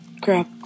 Crap